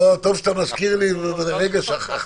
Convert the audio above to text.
טוב שאתה מזכיר לי, לרגע שכחתי.